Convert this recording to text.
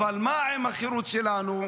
אבל מה עם החירות שלנו?